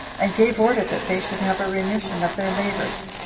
and gave order that they should have a remission of their labors,